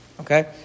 Okay